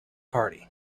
party